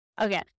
Okay